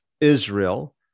Israel